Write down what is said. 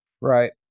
Right